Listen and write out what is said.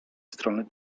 strony